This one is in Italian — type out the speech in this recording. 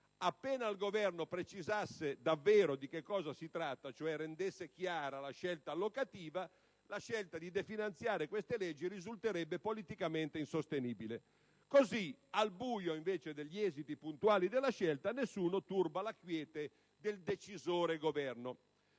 appena il Governo precisasse davvero di cosa si tratta, vale a dire rendesse chiara la scelta allocativa, la scelta di definanziare queste leggi risulterebbe politicamente insostenibile. Invece, al buio degli esiti puntuali della scelta, nessuno turba la quiete del decisore Governo.